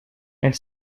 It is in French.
elle